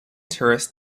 tourist